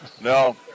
No